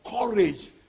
courage